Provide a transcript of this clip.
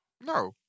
No